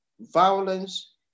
violence